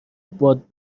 باد